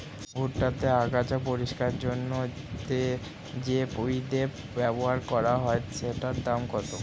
ভুট্টা তে আগাছা পরিষ্কার করার জন্য তে যে বিদে ব্যবহার করা হয় সেটির দাম কত?